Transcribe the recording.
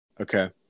Okay